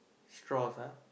straws ah